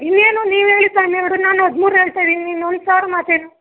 ಇನ್ನೇನು ನೀವು ಹೇಳಿದ್ದು ಹನ್ನೆರಡು ನಾನು ಹದಿಮೂರು ಹೇಳ್ತಾ ಇದೀನಿ ಇನ್ನು ಒಂದು ಸಾವಿರ ಮಾತೇನು